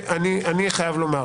אני חייב לומר,